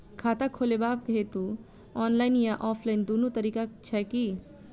खाता खोलेबाक हेतु ऑनलाइन आ ऑफलाइन दुनू तरीका छै की?